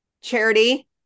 Charity